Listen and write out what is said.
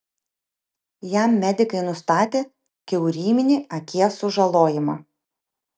jam medikai nustatė kiauryminį akies sužalojimą